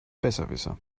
besserwisser